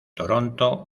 toronto